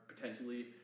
potentially